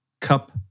cup